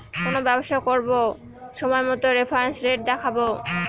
কোনো ব্যবসা করবো সময় মতো রেফারেন্স রেট দেখাবো